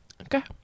Okay